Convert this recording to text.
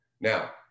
now